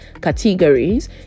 categories